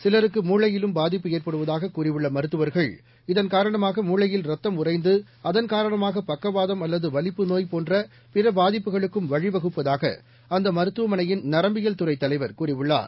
சிலருக்கு மூளையிலும் பாதிப்பு ஏற்படுவதாக கூறியுள்ள மருத்துவர்கள் இதன் காரணமாக மூளையில் ரத்தம் உறைந்து அதன் காரணமாக பக்கவாதம் அல்லது வலிப்பு நோய் போன்ற பிற பாதிப்புகளுக்கும் வழிவகுப்பதாக அந்த மருத்துவமனையின் நரம்பியல் துறை தலைவர் கூறியுள்ளார்